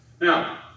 Now